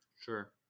Sure